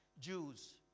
Jews